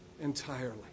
entirely